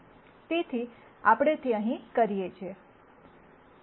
તેથી આપણે તે અહીં કરીએ છીએ